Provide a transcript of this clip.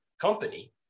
company